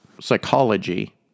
psychology